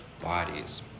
bodies